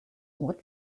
what